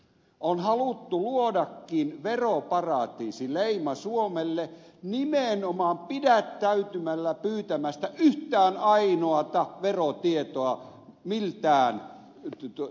on haluttukin luoda veroparatiisileima suomelle nimenomaan pidättäytymällä pyytämästä yhtään ainoata verotietoa miltään sopimusvaltiolta